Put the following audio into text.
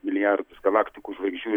milijardus galaktikų žvaigždžių